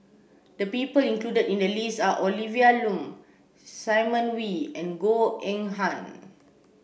the people included in the list are Olivia Lum Simon Wee and Goh Eng Han